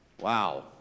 wow